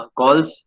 calls